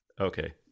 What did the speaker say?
okay